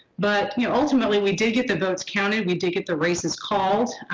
but you know ultimately, we did get the votes counted. we did get the races called.